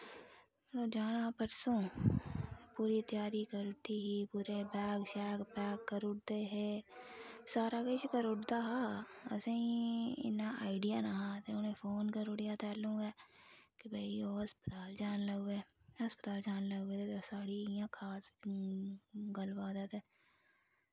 जाना हा परसों पूरी त्यारी करूड़दी ही पूरे बैग शैग पैक करूड़दे दे सारा किश करुड़दा हा असेंई इन्ना आईडियां नीं हा फोन करूड़ेआ तैह्लूं गै ते भाई ओह् हस्पताल जान लगी पे हस्पताल जान लगी पेदे ते साढ़ी इ'यां खास गल्ल बात ऐ ते